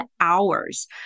hours